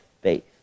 faith